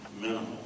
minimal